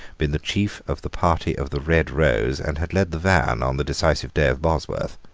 been the chief of the party of the red rose, and had led the van on the decisive day of bosworth.